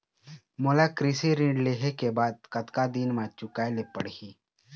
मोला कृषि ऋण लेहे के बाद कतका दिन मा चुकाए ले पड़ही?